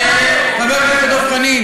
חבר הכנסת דב חנין.